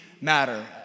matter